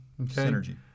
Synergy